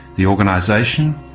the organisation?